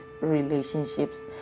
relationships